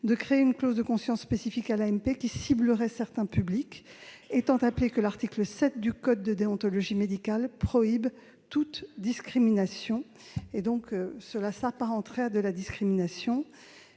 de créer une clause de conscience spécifique à l'AMP qui ciblerait certains publics, étant rappelé que l'article 7 du code de déontologie médicale prohibe toute discrimination. » Votre proposition s'apparenterait donc à de la discrimination.